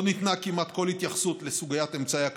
לא ניתנה כמעט כל התייחסות לסוגיית אמצעי הקצה,